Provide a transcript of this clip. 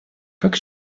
как